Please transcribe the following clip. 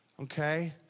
Okay